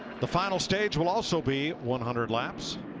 the final stage will also be one hundred laps.